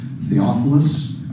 Theophilus